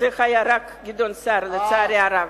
זה היה רק גדעון סער, לצערי הרב.